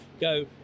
go